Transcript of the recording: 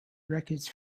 records